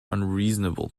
unreasonable